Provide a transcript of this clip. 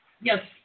Yes